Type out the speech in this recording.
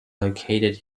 located